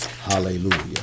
hallelujah